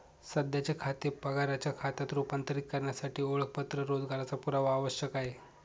सध्याचे खाते पगाराच्या खात्यात रूपांतरित करण्यासाठी ओळखपत्र रोजगाराचा पुरावा आवश्यक आहे